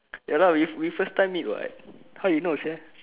ya lah we we first time meet [what] how you know sia